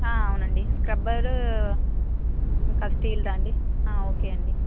అవునండి స్క్రబ్బర్ ఇంకా స్టీల్దా అండి ఓకే అండి